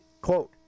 quote